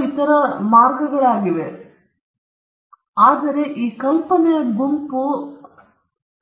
ಆದ್ದರಿಂದ ಇವುಗಳು ಇತರ ಮಾರ್ಗಗಳಾಗಿರಬಹುದು ಆದರೆ ಇದು ಈ ಪ್ರಕಾರವಾಗಿದೆ ಈ ಕಲ್ಪನೆಯ ಗುಂಪು